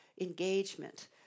engagement